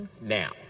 Now